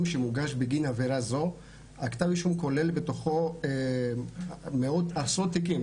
שמוגש בגין עבירה זו כולל בתוכו עשרות תיקים,